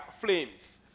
flames